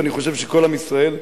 ואני חושב שכל עם ישראל,